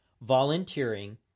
volunteering